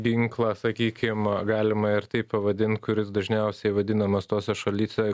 ginklą sakykim galima ir taip pavadint kuris dažniausiai vadinamas tose šalyse